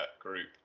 group